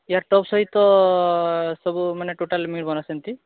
ୟାର ଟପ୍ ସହିତ ସବୁ ମାନେ ଟୋଟାଲ୍ ମିଳିବ ନା ସେମିତି